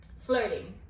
Flirting